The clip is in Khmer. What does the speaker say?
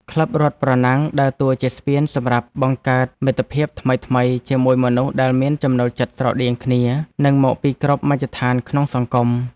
ក្លឹបរត់ប្រណាំងដើរតួជាស្ពានសម្រាប់បង្កើតមិត្តភាពថ្មីៗ ជាមួយមនុស្សដែលមានចំណូលចិត្តស្រដៀងគ្នា និងមកពីគ្រប់មជ្ឈដ្ឋានក្នុងសង្គម។